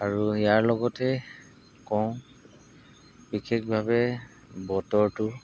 আৰু ইয়াৰ লগতে কওঁ বিশেষভাৱে বতৰটো